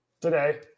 Today